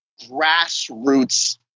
grassroots